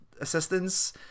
assistance